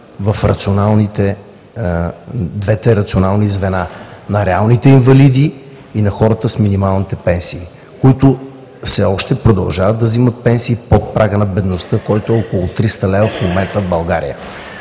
1 млрд. лв. в двете рационални звена – на реалните инвалиди и на хората с минималните пенсии, които все още продължават да вземат пенсии под прага на бедността, който в момента в България